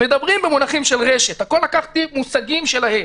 מדברים במונחים של רשת.